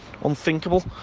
unthinkable